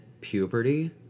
puberty